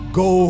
go